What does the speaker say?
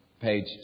page